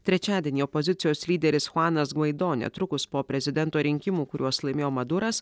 trečiadienį opozicijos lyderis chuanas gvaido netrukus po prezidento rinkimų kuriuos laimėjo maduras